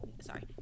sorry